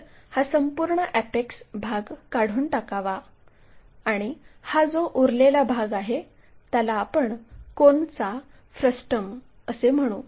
तर हा संपूर्ण अॅपेक्स भाग काढून टाकावा आणि हा जो उरलेला भाग आहे त्याला आपण कोनचा फ्रस्टम असे म्हणू